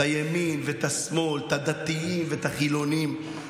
את הימין ואת השמאל, את הדתיים ואת החילונים?